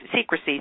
secrecy